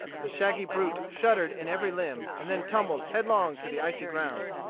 the shaggy brute shuddered in every limb, and then tumbled head-long to the icy ground.